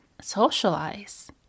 socialize